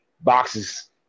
boxes